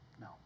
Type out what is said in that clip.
No